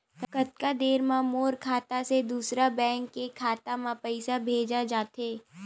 कतका देर मा मोर खाता से दूसरा बैंक के खाता मा पईसा भेजा जाथे?